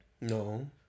No